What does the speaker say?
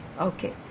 Okay